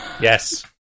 yes